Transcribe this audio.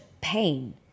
pain